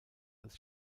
als